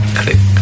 click